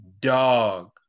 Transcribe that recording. Dog